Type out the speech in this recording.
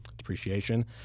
depreciation